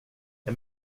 jag